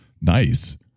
Nice